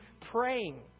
praying